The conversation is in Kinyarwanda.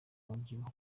umubyibuho